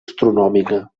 astronòmica